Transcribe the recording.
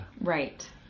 Right